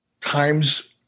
times